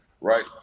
right